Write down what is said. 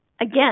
again